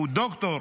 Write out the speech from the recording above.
הוא דוקטור,